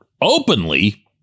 openly